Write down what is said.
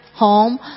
Home